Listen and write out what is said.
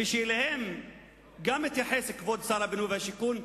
ואליהם התייחס גם כבוד שר הבינוי והשיכון,